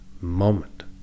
moment